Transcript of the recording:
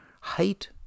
height